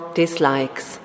dislikes